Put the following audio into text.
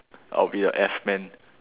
I'll be the F men